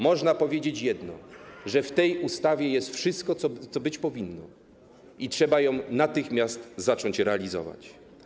Można powiedzieć jedno: w tej ustawie jest wszystko, co być powinno, i trzeba natychmiast zacząć ją realizować.